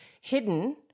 hidden